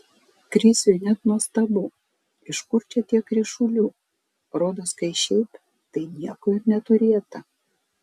krisiui net nuostabu iš kur čia tiek ryšulių rodos kai šiaip tai nieko ir neturėta